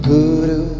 Guru